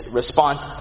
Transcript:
response